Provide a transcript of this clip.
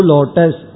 Lotus